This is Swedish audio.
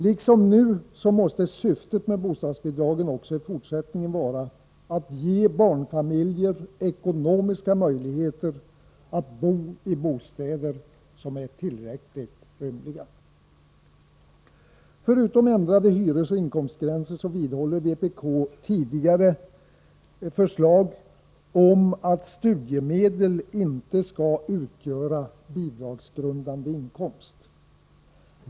Liksom nu måste syftet med bostadsbidragen också i fortsättningen vara att ge barnfamiljer ekonomiska möjligheter att bo i bostäder som är tillräckligt rymliga. Förutom ändrade hyresoch inkomstgränser vidhåller vpk det tidigare förslaget om att studiemedel inte skall utgöra bidragsgrundande inkomst.